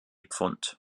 pfund